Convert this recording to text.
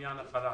לעניין החל"ת.